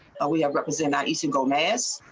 we represent not a single man us.